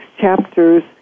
chapters